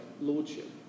lordship